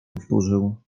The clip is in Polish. powtórzył